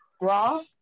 raw